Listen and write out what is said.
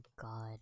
God